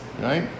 right